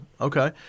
Okay